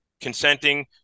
consenting